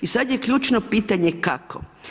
I sada je ključno pitanje kako?